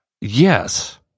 Yes